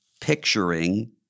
picturing